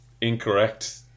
incorrect